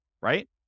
right